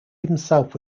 himself